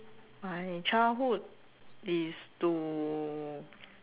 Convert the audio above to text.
my childhood is to